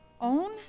own